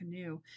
canoe